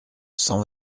cent